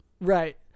Right